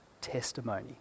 testimony